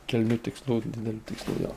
kilniu tikslu dideliu tikslu jo